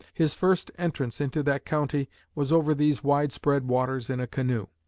his first entrance into that county was over these wide-spread waters in a canoe.